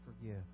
forgive